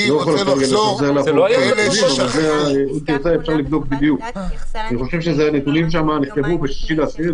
בכל פעם משנים את בסיס הנתונים שקובע החלטה.